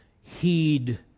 heed